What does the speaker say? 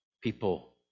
people